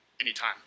anytime